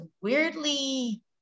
weirdly